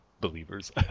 believers